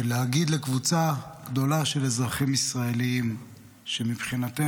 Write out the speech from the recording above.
ולהגיד לקבוצה גדולה של אזרחים ישראלים שמבחינתנו,